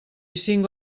cinc